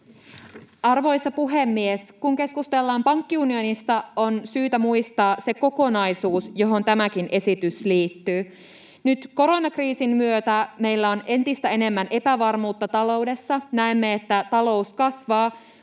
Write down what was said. Arvoisa puhemies! Kun keskustellaan pankkiunionista, on syytä muistaa se kokonaisuus, johon tämäkin esitys liittyy. Nyt koronakriisin myötä meillä on entistä enemmän epävarmuutta taloudessa. Näemme, että talous kasvaa,